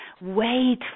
wait